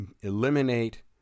eliminate